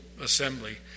assembly